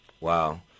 Wow